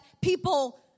people